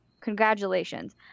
Congratulations